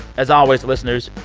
as always, listeners,